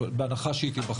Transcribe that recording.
בהנחה שהיא תיבחר.